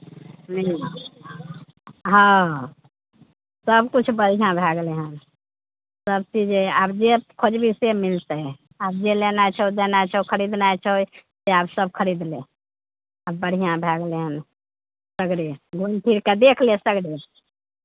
हँ सभकिछु बढ़िआँ भए गेलै हन सभ चीजे आब जे खोजबै से मिलतै आब जे लेनाइ छौ देनाइ छौ खरीदनाइ छौ से आब सभ खरीद ले आब बढ़िआँ भए गेलै हन सगरे घुमि फिरि कऽ देख ले सगरे